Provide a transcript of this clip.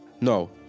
no